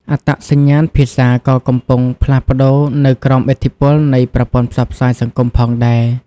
អត្តសញ្ញាណភាសាក៏កំពុងផ្លាស់ប្តូរនៅក្រោមឥទ្ធិពលនៃប្រព័ន្ធផ្សព្វផ្សាយសង្គមផងដែរ។